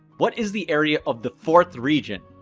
what is the area of the fourth region?